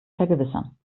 vergewissern